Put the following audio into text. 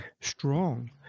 strong